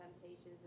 temptations